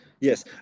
yes